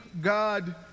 God